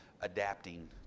adapting